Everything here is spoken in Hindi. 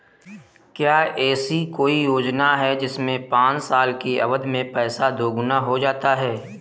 क्या ऐसी कोई योजना है जिसमें पाँच साल की अवधि में पैसा दोगुना हो जाता है?